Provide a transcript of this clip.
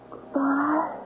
Goodbye